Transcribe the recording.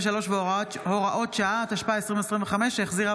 התשפ"ג 2022, של חבר